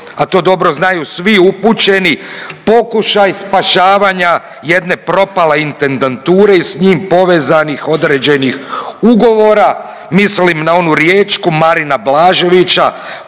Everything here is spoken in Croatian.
a to dobro znaju svi upućeni, pokušaj spašavanja jedne propale intendanture i s njim povezanih određenih ugovora, mislim na onu riječku, Marina Blaževića,